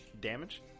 Damage